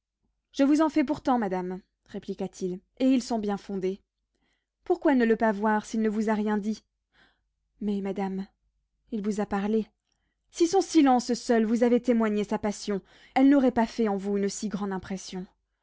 je vous en fais pourtant madame répliqua-t-il et ils sont bien fondés pourquoi ne le pas voir s'il ne vous a rien dit mais madame il vous a parlé si son silence seul vous avait témoigné sa passion elle n'aurait pas fait en vous une si grande impression